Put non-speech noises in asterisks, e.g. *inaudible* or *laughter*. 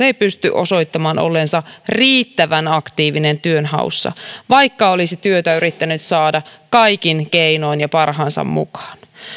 *unintelligible* ei pysty osoittamaan olleensa riittävän aktiivinen työhaussa vaikka olisi työtä yrittänyt saada kaikin keinoin ja parhaansa mukaan